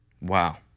Wow